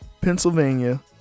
Pennsylvania